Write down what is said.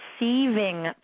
receiving